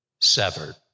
severed